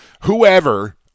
whoever